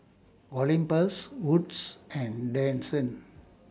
Olympus Wood's and Denizen